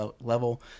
level